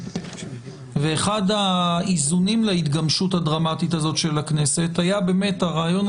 ואחד האיזונים להתגשמות הדרמטית הזאת של הכנסת היה הרעיון